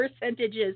percentages